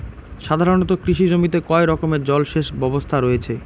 সাধারণত কৃষি জমিতে কয় রকমের জল সেচ ব্যবস্থা রয়েছে?